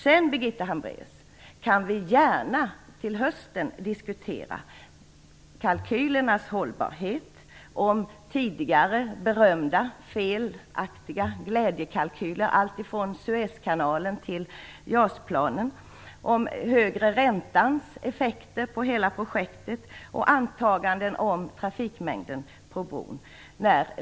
Sedan, Birgitta Hambraeus, kan vi gärna till hösten, när regeringen redovisar sin upphandling, diskutera kalkylernas hållbarhet, tidigare berömda felaktiga glädjekalkyler - alltifrån Suezkanalen till JAS-planen -, den högre räntans effekter på hela projektet och antaganden om trafikmängden på bron.